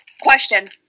Question